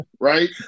right